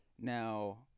Now